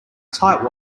tight